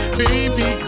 baby